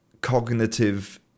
cognitive